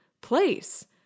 place